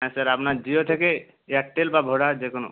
হ্যাঁ স্যার আপনার জিও থেকে এয়ারটেল বা ভোডার যে কোনো